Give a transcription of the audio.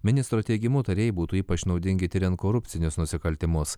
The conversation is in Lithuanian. ministro teigimu tarėjai būtų ypač naudingi tiriant korupcinius nusikaltimus